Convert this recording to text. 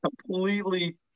completely